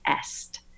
Est